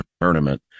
tournament